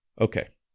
Okay